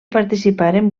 participaren